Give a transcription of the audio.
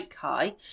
high